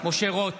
משה רוט,